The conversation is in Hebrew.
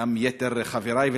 גם יתר חברי.